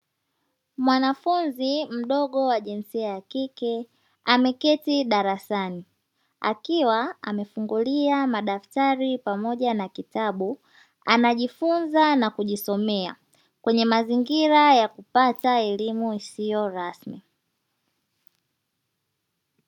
Mwanafunzi mdogo wa jinsia ya kike ameketi darasani akiwa amefungulia madaftari pamoja na kitabu anajifunza na kujisomea, kwenye mazingira ya kupata elimu isiyo rasmi.